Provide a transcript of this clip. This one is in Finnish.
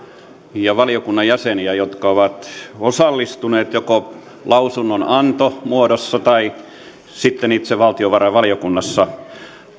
ja valiokunnan jäseniä jotka ovat osallistuneet joko lausunnonannon muodossa tai sitten itse valtiovarainvaliokunnassa